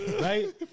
right